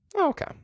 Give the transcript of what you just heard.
Okay